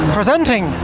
Presenting